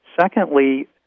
Secondly